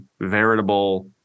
veritable